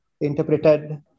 interpreted